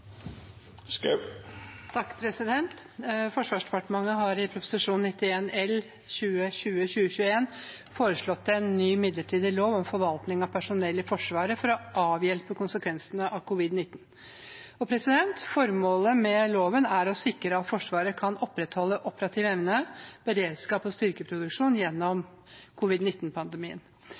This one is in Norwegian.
nr. 6. Forsvarsdepartementet har i Prop. 91 L for 2020–2021 foreslått en ny midlertidig lov om forvaltning av personell i Forsvaret for å avhjelpe konsekvensene av covid-19. Formålet med loven er å sikre at Forsvaret kan opprettholde operativ evne, beredskap og styrkeproduksjon gjennom